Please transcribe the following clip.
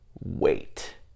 wait